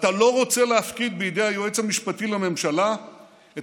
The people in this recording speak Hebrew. "אתה לא רוצה להפקיד בידי היועץ המשפטי לממשלה את